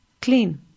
clean